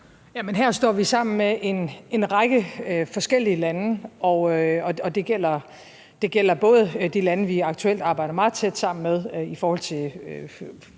Her står vi sammen med en række forskellige lande, og det gælder både de lande, vi aktuelt arbejder meget tæt sammen med i forhold til